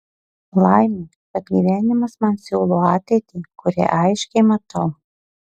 laimė kad gyvenimas man siūlo ateitį kurią aiškiai matau